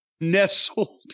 Nestled